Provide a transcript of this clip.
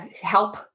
help